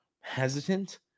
hesitant